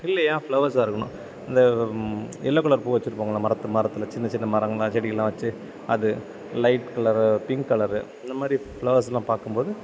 இல்லையா ஃப்ளவர்ஸா இருக்கணும் இந்த எல்லோ கலர் பூ வெச்சிருப்போங்கள மரத்து மரத்துல சின்ன சின்ன மரங்களா செடியிலாம் வெச்சு அது லைட் கலரு பிங்க் கலரு இந்த மாதிரி ஃப்ளவர்ஸ்லாம் பார்க்கும்போது